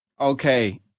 Okay